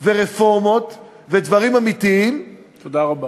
כלשהן ורפורמות, ודברים אמיתיים, תודה רבה.